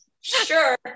Sure